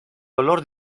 dolor